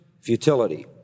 futility